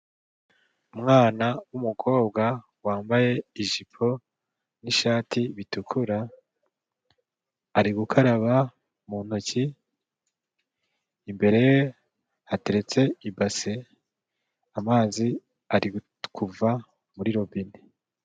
Umwana w'umukobwa wambaye ijipo n'ishati bitukura, ari gukaraba mu ntoki imbere ye hateretse ibase, amazi ari kuva muri robine.